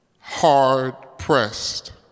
hard-pressed